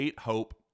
Hope